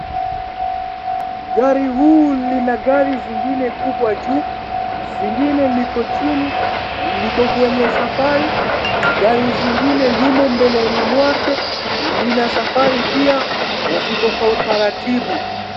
Gari huu lina gari zingine kubwa juu, zingine liko chini , liko kwenye safari. Gari zingine yumo mbeleni mwake ,lina safari pia na ziko kwa utaratibu.